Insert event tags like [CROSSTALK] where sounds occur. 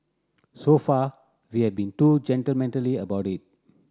so far we have been too [UNINTELLIGIBLE] about it